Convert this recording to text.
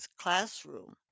classroom